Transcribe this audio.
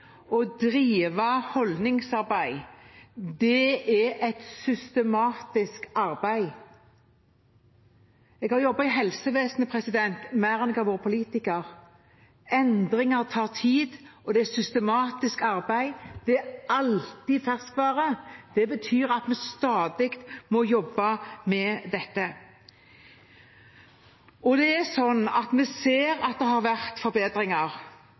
å drive forbedring, å drive holdningsarbeid, det er et systematisk arbeid. Jeg har jobbet i helsevesenet mer enn jeg har vært politiker. Endringer tar tid, og det er systematisk arbeid. Det er alltid ferskvare. Det betyr at vi stadig må jobbe med dette. Vi ser at det har vært forbedringer.